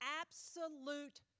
absolute